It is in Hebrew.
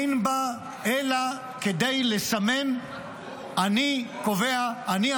אין בה אלא כדי לסמן "אני קובע" אני,